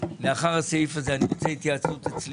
לאחר הסעיף הזה אני רוצה התייעצות אצלי